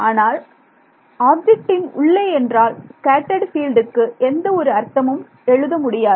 ஆனால் ஆப்ஜெக்டின் உள்ளே என்றால் ஸ்கேட்டர்ட் ஃபீல்டுக்கு எந்த ஒரு அர்த்தமும் எழுத முடியாது